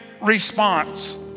response